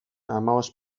hamabost